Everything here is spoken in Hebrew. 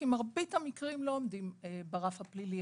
כי מרבית המקרים לא עומדים ברף הפלילי.